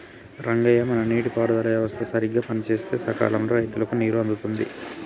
రంగయ్య మన నీటి పారుదల వ్యవస్థ సరిగ్గా పనిసేస్తే సకాలంలో రైతులకు నీరు అందుతుంది